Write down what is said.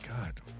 god